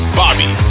bobby